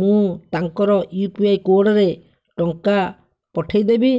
ମୁଁ ତାଙ୍କର U P I କୋଡ଼୍ରେ ଟଙ୍କା ପଠେଇଦେବି